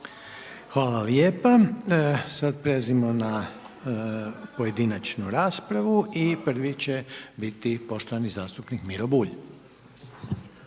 Hvala lijepa. Sada prelazimo na pojedinačnu raspravu i prvi će biti poštovani zastupnik Miro Bulj.